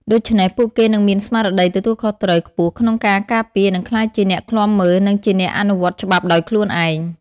ដូច្នេះ ពួកគេនឹងមានស្មារតីទទួលខុសត្រូវខ្ពស់ក្នុងការការពារ និងក្លាយជាអ្នកឃ្លាំមើល និងជាអ្នកអនុវត្តច្បាប់ដោយខ្លួនឯង។